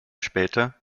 später